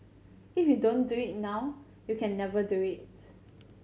if you don't do it now you can never do it